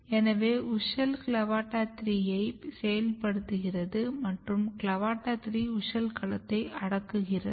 எனவே WUSCHEL CLAVATA 3 யை செயல்படுத்துகிறது மற்றும் CLAVATA 3 WUSCHEL களத்தை அடக்குகிறது